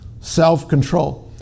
self-control